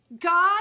God